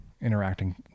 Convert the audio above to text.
interacting